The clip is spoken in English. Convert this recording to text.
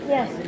Yes